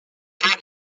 hameaux